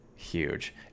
huge